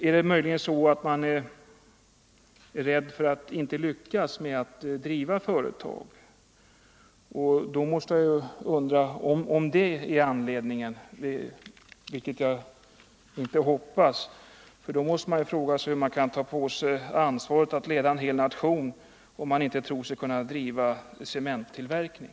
Är ni möjligen rädda att staten inte skall lyckas driva företag? Jag hoppas att inte det är anledningen, för man måste fråga sig hur regeringen kan ta på sig ansvaret att leda en hel nation om staten inte tror sig kunna driva cementtillverkning.